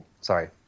Sorry